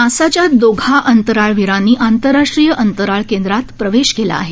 नासाच्या दोघा अंतराळवीरांनी आंतरराष्ट्रीय अंतराळ केंद्रात प्रवेश केला आहे